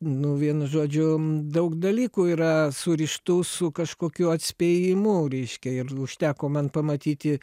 nu vienu žodžiu daug dalykų yra surištų su kažkokiu atspėjimu reiškia ir užteko man pamatyti